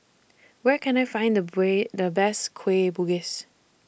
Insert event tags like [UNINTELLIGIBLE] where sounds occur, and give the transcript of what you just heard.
Where Can I Find The [UNINTELLIGIBLE] The Best Kueh Bugis